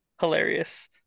hilarious